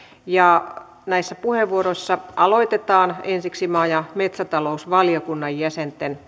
näissä puheenvuoroissa aloitetaan ensiksi maa ja metsätalousvaliokunnan jäsenten